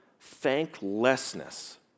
thanklessness